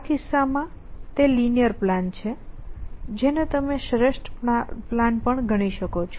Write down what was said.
આ કિસ્સામાં તે લિનીઅર પ્લાન છે જેને તમે શ્રેષ્ઠ પ્લાન પણ ગણી શકો છો